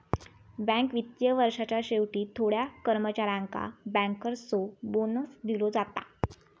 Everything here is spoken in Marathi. बँक वित्तीय वर्षाच्या शेवटी थोड्या कर्मचाऱ्यांका बँकर्सचो बोनस दिलो जाता